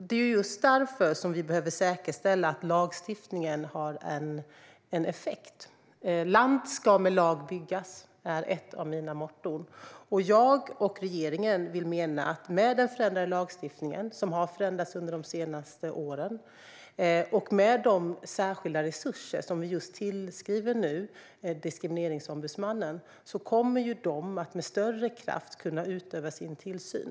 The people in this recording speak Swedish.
Det är just därför som vi behöver säkerställa att lagstiftningen har en effekt. Land ska med lag byggas - det är ett av mina motton. Lagstiftningen har förändrats under de senaste åren. Och i och med de särskilda resurser som vi tillför Diskrimineringsombudsmannen kommer DO att med större kraft kunna utöva sin tillsyn.